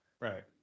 right